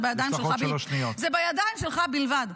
זה בידיים שלך בלבד.